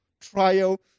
trial